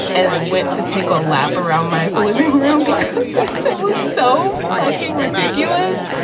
and went to take a lap around my living room because it was so fucking ridiculous